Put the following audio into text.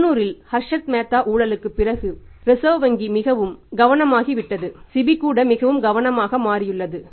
90இல் ஹர்ஷத் மேத்தா ஊழலுக்குப் பிறகு ரிசர்வ் வங்கி மிகவும் கவனமாகிவிட்டது SEBI கூட மிகவும் கவனமாக மாறியுள்ளது